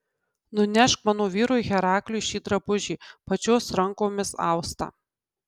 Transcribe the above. nunešk mano vyrui herakliui šį drabužį pačios rankomis austą